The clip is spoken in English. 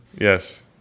Yes